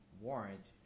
warrant